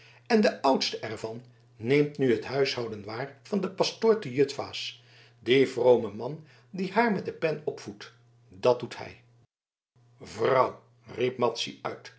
en de oudste er van neemt nu het huishouden waar van den pastoor te jutfaas dien vromen man die haar met de pen opvoedt dat doet hij vrouw riep